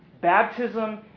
Baptism